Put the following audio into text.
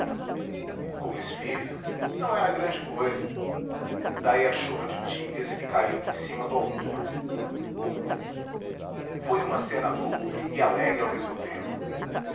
como espírito não era grande cousa daí a chuva de tíbias que caiu em cima do autor foi uma cena lúgubre e alegre ao mesmo